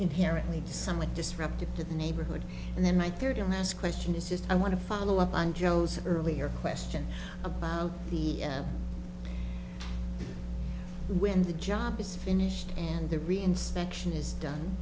inherently somewhat disruptive to the neighborhood and then my third and last question is just i want to follow up on joe's earlier question about the end when the job is finished and the